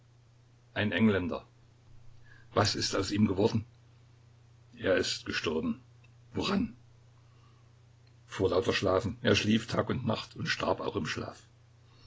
ein engländer was ist aus ihm geworden er ist gestorben woran vor lauter schlafen er schlief tag und nacht und starb auch im schlaf